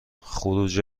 خروج